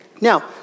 Now